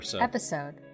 episode